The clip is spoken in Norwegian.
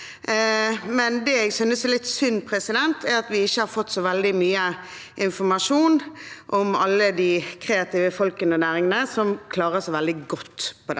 men det jeg synes er litt synd, er at vi ikke har fått så veldig mye informasjon om alle de kreative menneskene og næringene som klarer seg veldig godt på dette